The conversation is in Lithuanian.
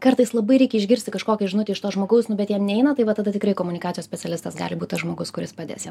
kartais labai reikia išgirsti kažkokią žinutę iš to žmogaus nu bet jam neina tai vat tada tikrai komunikacijos specialistas gali būt tas žmogus kuris padės jam